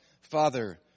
Father